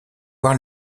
voir